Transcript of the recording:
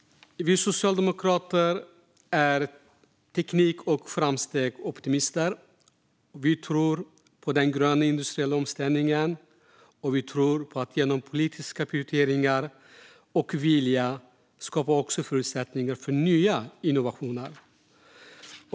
Vi socialdemokrater är teknik och framstegsoptimister. Vi tror på den gröna industriella omställningen, och vi tror på att genom politiska prioriteringar och vilja skapa förutsättningar för nya innovationer.